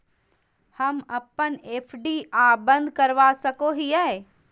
हम अप्पन एफ.डी आ बंद करवा सको हियै